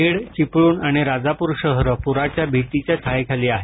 खेड चिपळूण आणि राजापूर शहर पुराच्या भीतीच्या छायेखाली आहे